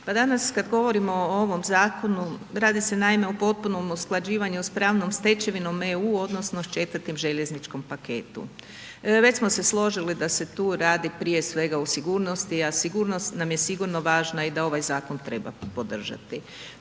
danas kada govorimo o ovom zakonu, radi se naime o potpunom usklađivanju sa pravnom stečevinom EU odnosno 4. željezničkim paketom. Već smo se složili da se tu radi prije svega o sigurnosti, a sigurnost nam je sigurno važna i da ovaj zakon treba podržati.